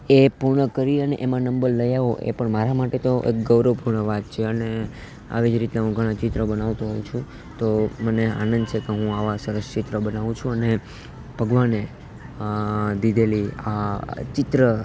એ પૂર્ણ કરી અને એમાં નંબર લઈ આવવો એ પણ મારા માટે તો એક ગૌરવપૂર્ણ વાત છે અને આવી જ રીતના હું ઘણાં ચિત્રો બનાવતો હોઉં છું તો મને આનંદ છે કે હું આવાં સરસ ચિત્ર બનાવું છું અને ભગવાને દીધેલી આ ચિત્ર